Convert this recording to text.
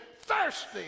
thirsty